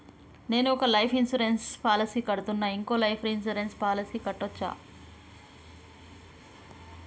నేను ఒక life insurance policy కడ్తున్నా, ఇంకో లైఫ్ ఇన్సూరెన్స్ పాలసీ కట్టొచ్చా?